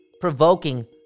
provoking